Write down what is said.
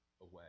away